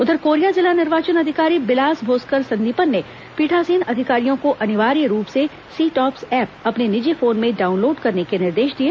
उधर कोरिया जिला निर्वाचन अधिकारी बिलास भोसकर संदीपन ने पीठासीन अधिकारियों को अनिवार्य रूप से सी टॉप्स ऐप अपने निजी फोन में डाउनलोड करने के निर्देश दिए